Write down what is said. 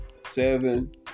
seven